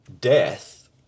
death